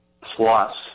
plus